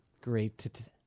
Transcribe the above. Great